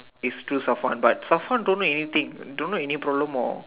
is to so sun but so fun don't know anything don't know any problem or